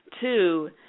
Two